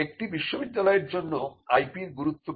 একটি বিশ্ববিদ্যালয়ের জন্য IP র গুরুত্ব কি